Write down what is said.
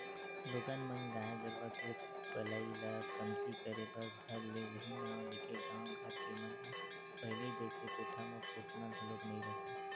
लोगन मन गाय गरुवा के पलई ल कमती करे बर धर ले उहीं नांव लेके गाँव घर के मन ह पहिली जइसे कोठा म कोटना घलोक नइ रखय